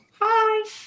Hi